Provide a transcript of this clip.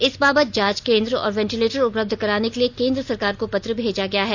इस बाबत जांच केंद्र और वेंटिलेटर उपलब्ध कराने के लिए केंद्र सरकार को पत्र भेजा गया है